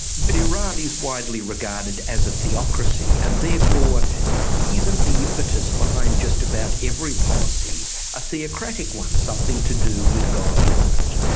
but iran is widely regarded as a theocracy and therefore isn't the impetus behind just about every policy a theocratic one, something to do with god, with religion.